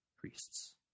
priests